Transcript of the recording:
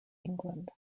england